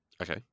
Okay